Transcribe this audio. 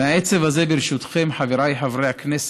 מהעצב הזה, ברשותכם, חבריי חברי הכנסת,